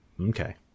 Okay